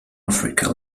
africa